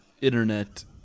internet